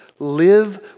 Live